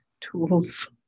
tools